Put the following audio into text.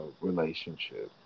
relationship